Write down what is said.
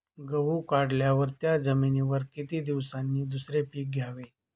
गहू काढल्यावर त्या जमिनीवर किती दिवसांनी दुसरे पीक घ्यावे?